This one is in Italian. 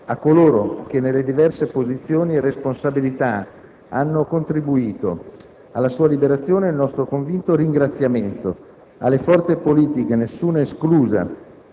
a coloro che, nelle diverse posizioni e responsabilità, hanno contribuito alla sua liberazione il nostro convinto ringraziamento; alle forze politiche, nessuna esclusa,